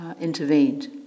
intervened